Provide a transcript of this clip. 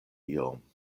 iom